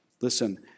Listen